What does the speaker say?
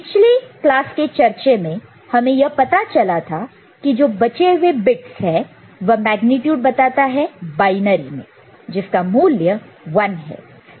पिछले क्लास के चर्चा से हमें यह पता है कि जो बचे हुए बिट्स हैं वह मेग्नीट्यूड बताता है बाइनरी में जिसका मूल्य 1 है